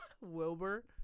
Wilbur